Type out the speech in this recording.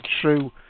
true